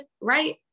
right